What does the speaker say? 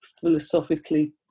philosophically